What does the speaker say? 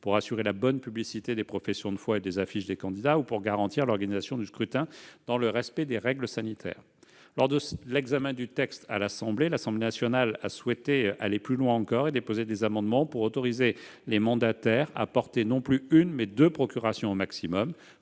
pour assurer la bonne publicité des professions de foi et des affiches des candidats et pour garantir l'organisation du scrutin dans le respect des règles sanitaires. Lors de l'examen du texte, l'Assemblée nationale a souhaité aller plus loin encore et déposer des amendements pour autoriser les mandataires à porter non plus une, mais deux procurations au maximum.